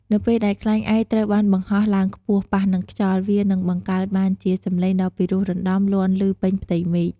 នៅពេលដែលខ្លែងឯកត្រូវបានបង្ហោះឡើងខ្ពស់ ប៉ះនឹងខ្យល់ វានឹងបង្កើតបានជាសំឡេងដ៏ពីរោះរណ្តំលាន់ឮពេញផ្ទៃមេឃ។